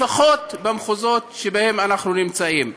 לפחות במחוזות שאנחנו נמצאים בהם.